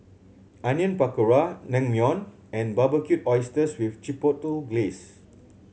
Onion Pakora Naengmyeon and Barbecued Oysters with Chipotle Glaze